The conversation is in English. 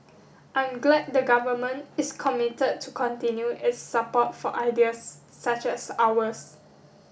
I'm glad the Government is committed to continue its support for ideas such as ours